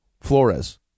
Flores